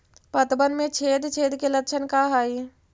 पतबन में छेद छेद के लक्षण का हइ?